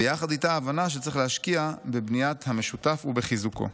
ויחד איתה ההבנה שצריך להשקיע בבניית המשותף ובחיזוקו.